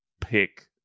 pick